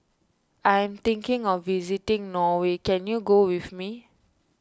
I am thinking of visiting Norway can you go with me